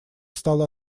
стало